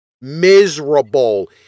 Miserable